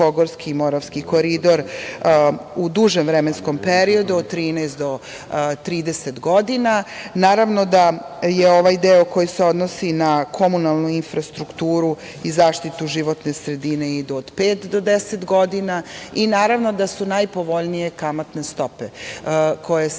Fruškogorski i Moravski koridor u dužem vremenskom periodu od 13 do 30 godina, naravno da se ovaj deo koji se odnosi na komunalnu infrastrukturu i zaštitu životne sredine ide od pet do deset godina i naravno da su najpovoljnije kamatne stope koje se danas